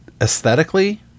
aesthetically